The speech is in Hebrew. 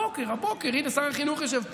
הבוקר, הינה שר החינוך יושב פה,